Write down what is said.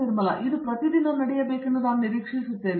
ನಿರ್ಮಲ ಇದು ಪ್ರತಿದಿನ ನಡೆಯಬೇಕೆಂದು ನಾನು ನಿರೀಕ್ಷಿಸುತ್ತೇನೆ